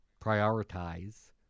prioritize